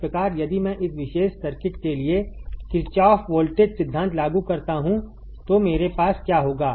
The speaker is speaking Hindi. इस प्रकार यदि मैं इस विशेष सर्किट के लिए किरचॉफ वोल्टेज सिद्धांत लागू करता हूं तो मेरे पास क्या होगा